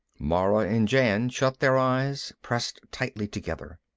mara and jan shut their eyes, pressed tightly together.